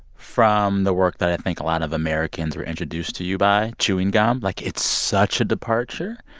from the work that i think a lot of americans were introduced to you by chewing gum. like, it's such a departure.